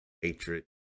hatred